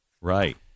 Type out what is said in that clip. Right